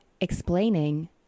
explaining